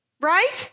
right